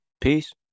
Peace